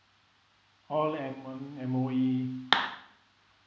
call N one M_O_E